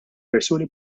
persuni